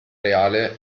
reale